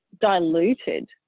diluted